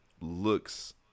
looks